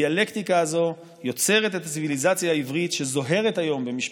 הדיאלקטיקה הזאת יוצרת את הציוויליזציה